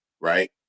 right